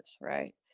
right